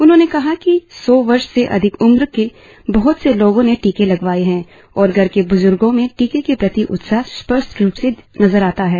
उन्होंने कहा कि सौ वर्ष से अधिक उम्र के बहत से लोगों ने टीके लगवाये हैं और घर के ब्ज्र्गों में टीके के प्रति उत्साह स्पष्ट रूप से नजर आता है